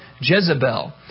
Jezebel